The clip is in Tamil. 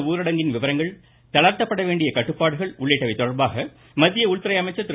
ஊரடங்கின் விவரங்கள் தளர்த்தப்பட வேண்டிய கட்டுப்பாடுகள் இந்த உள்ளிட்டவை தொடர்பாக மத்திய உள்துறை அமைச்சர் திரு